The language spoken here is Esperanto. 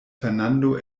fernando